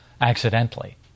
accidentally